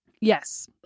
Yes